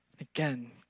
Again